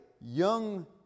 young